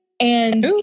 And-